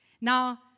Now